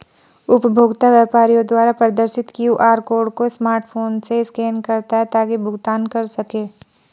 उपभोक्ता व्यापारी द्वारा प्रदर्शित क्यू.आर कोड को स्मार्टफोन से स्कैन करता है ताकि भुगतान कर सकें